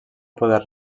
poder